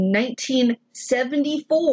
1974